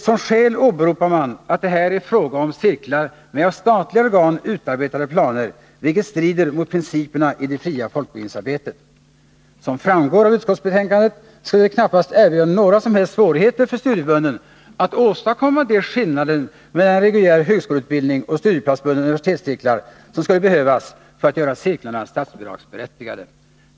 Som skäl åberopar man att det här är fråga om cirklar med av statliga organ utarbetade planer, vilket strider mot principerna i det fria folkbildningsarbetet. s Som framgår av utskottsbetänkandet skulle det knappast erbjuda några som helst svårigheter för studieförbunden att åstadkomma de skillnader mellan reguljär högskoleutbildning och studieplansbundna universitetscirklar som skulle behövas för att göra cirklarna statsbidragsberättigade.